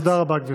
תודה רבה, גברתי.